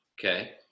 okay